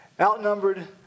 Outnumbered